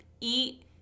eat